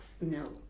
no